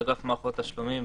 אגף מערכות תשלומים,